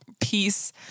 peace